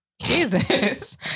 Jesus